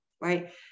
right